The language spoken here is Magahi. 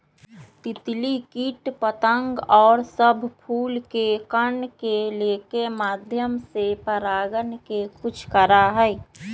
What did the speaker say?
तितली कीट पतंग और सब फूल के कण के लेके माध्यम से परागण के कुछ करा हई